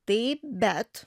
taip bet